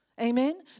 Amen